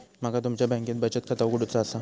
माका तुमच्या बँकेत बचत खाता उघडूचा असा?